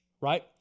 right